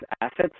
assets